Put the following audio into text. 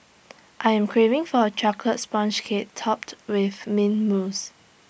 I am craving for A Chocolate Sponge Cake Topped with Mint Mousse